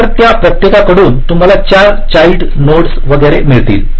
तर त्या प्रत्येकाकडून तुम्हाला 4 चाइल्ड नोड्स वगैरे मिळतील